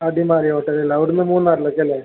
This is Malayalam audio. അടിമാലി ഹോട്ടലിൽ ഉണ്ടാവും അവിടെ നിന്ന് മൂന്നാറിലേക്ക് അല്ലേ